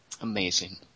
amazing